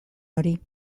hori